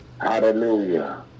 Hallelujah